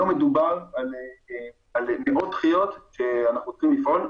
לא מדובר על --- דחיות שאנחנו רוצים לפעול.